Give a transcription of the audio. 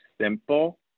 simple